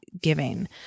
giving